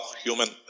human